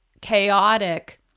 chaotic